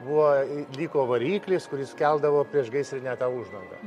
buvo liko variklis kuris keldavo priešgaisrinę tą uždangą